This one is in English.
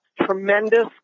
tremendous